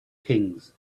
kings